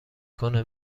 کنه